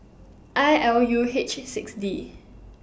I L U H six D